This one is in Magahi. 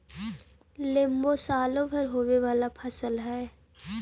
लेम्बो सालो भर होवे वाला फसल हइ